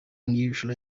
unusual